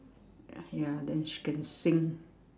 ya then she can sing